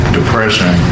depression